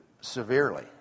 severely